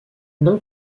non